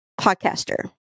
podcaster